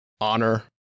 honor